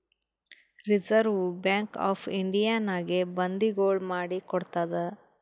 reserve bank of ಇಂಡಿಯಾನಾಗೆ ಬಂದಿಗೊಳ್ ಮಾಡಿ ಕೊಡ್ತಾದ್